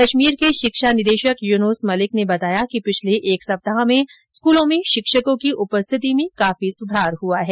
कश्मीर के शिक्षा निदेशक यूनुस मलिक ने बताया कि पिछले एक सप्ताह में स्कूलों में शिक्षकों की उपस्थिति में काफी सुधार हुआ है